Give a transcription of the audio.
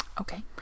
okay